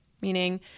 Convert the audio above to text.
meaning